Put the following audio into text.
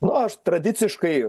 nu aš tradiciškai